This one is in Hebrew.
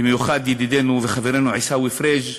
במיוחד ידידנו וחברנו עיסאווי פריג'